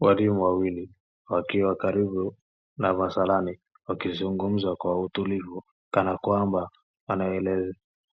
Walimu wawili wakiwa karibu na masalani wakizungumza kwa utulivu kanakwamba